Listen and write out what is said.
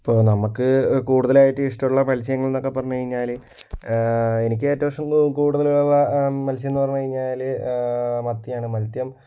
ഇപ്പോൾ നമുക്ക് കൂടുതലായിട്ടും ഇഷ്ടമുള്ള മത്സ്യങ്ങളെന്നൊക്കെ പറഞ്ഞ് കഴിഞ്ഞാല് എനിക്കേറ്റവും ഇഷ്ടം കൂടുതലുള്ള മത്സ്യമെന്നു പറഞ്ഞു കഴിഞ്ഞാല് മത്തിയാണ് മത്സ്യം